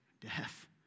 Death